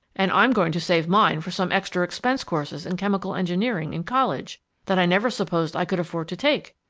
and i'm going to save mine for some extra expensive courses in chemical engineering in college that i never supposed i could afford to take,